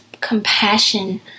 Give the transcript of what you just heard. compassion